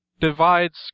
Divides